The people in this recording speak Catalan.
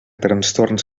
trastorns